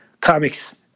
comics